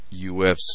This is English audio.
UFC